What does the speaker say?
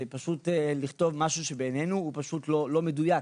זה פשוט לכתוב משהו שבעינינו הוא לא מדויק.